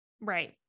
Right